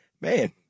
man